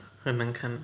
很难看